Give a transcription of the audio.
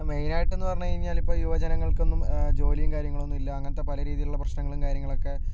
main ആയിട്ട് എന്ന് പറഞ്ഞ് കഴിഞ്ഞാൽ ഇപ്പോൾ യുവജനങ്ങൾക്കൊന്നും ജോലിയും കാര്യങ്ങളൊന്നും ഇല്ല അങ്ങനത്തെ പലരീതിയിലുള്ള പ്രശ്നങ്ങളും കാര്യങ്ങളൊക്കെ